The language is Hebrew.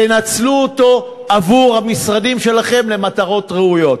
תנצלו אותו עבור המשרדים שלכם למטרות ראויות.